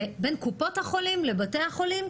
זה בין קופות החולים לבתי החולים.